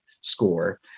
score